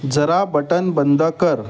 जरा बटन बंद कर